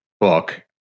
book